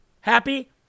happy